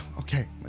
Okay